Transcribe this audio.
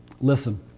listen